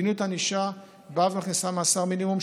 מדיניות הענישה באה ומכניסה מאסר מינימום,